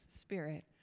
spirit